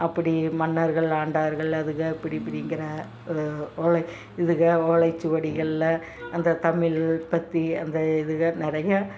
அப்படி மன்னர்கள் ஆண்டார்கள் அதுகள் அப்படி இப்படிங்குற ஒரு ஓலை இதுகள் ஓலைச்சுவடிகளில் அந்த தமிழ் பற்றி அந்த இதுகள் நிறைய